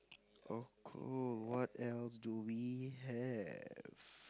oh cool what else do we have